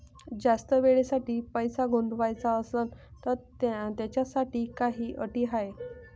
जास्त वेळेसाठी पैसा गुंतवाचा असनं त त्याच्यासाठी काही अटी हाय?